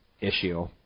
issue